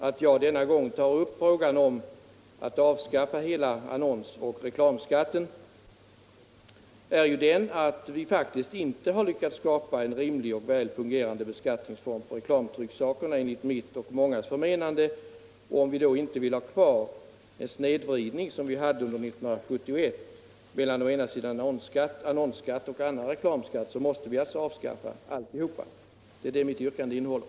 Att jag denna gång tar upp frågan om att avskaffa heia annons och reklamskatten beror ju på att vi faktiskt inte har lyckats skapa en rimlig och väl fungerande beskattningsform för reklamtrycksakerna, enligt mitt och mångas förmenande. Och om vi då inte vill ha kvar den snedvridning som vi hade under 1971 mellan annonsskatt och annan reklamskatt så måste vi alltså avskaffa alltihop. Det är det mitt yrkande innehåller.